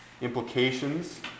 implications